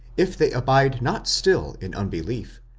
if they abide not still in unbelief,